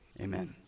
Amen